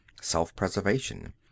self-preservation